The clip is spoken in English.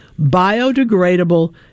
biodegradable